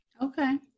Okay